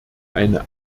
eine